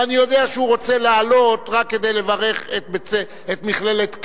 ואני יודע שהוא רוצה לעלות רק כדי לברך את מכללת "קיי",